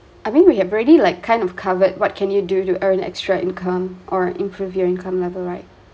I mean we have already like kind of covered what can you do to earn extra income or improve your income level right